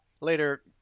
Later